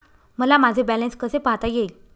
मला माझे बॅलन्स कसे पाहता येईल?